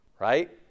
Right